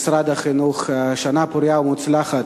משרד החינוך, שנה פורייה ומוצלחת.